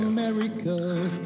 America